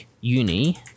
uni